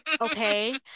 Okay